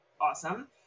awesome